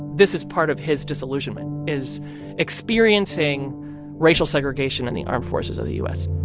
this is part of his disillusionment is experiencing racial segregation in the armed forces of the u s